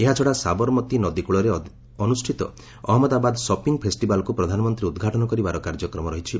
ଏହାଛଡ଼ା ସାମରବତୀ ନଦୀ କୃଳରେ ଅନୁଷ୍ଠିତ ଅହମ୍ମଦାବାଦ ସପିଂ ଫେଷ୍ଟିଭାଲ୍କୁ ପ୍ରଧାନମନ୍ତ୍ରୀ ଉଦ୍ଘାଟନ କରିବାର କାର୍ଯ୍ୟକ୍ରମ ରହିଛି